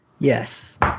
Yes